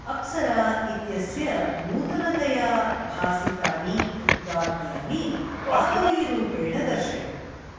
अप्सरा इत्यस्य नूतनतया भासितानि उत्पाद्यानि आवलीरूपेण दर्शय